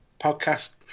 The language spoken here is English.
podcast